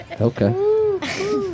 okay